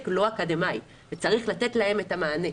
הוא לא אקדמאי וצריך לתת להם את המענה.